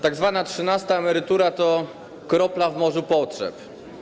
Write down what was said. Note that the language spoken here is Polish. Tak zwana trzynasta emerytura to kropla w morzu potrzeb.